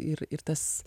ir ir tas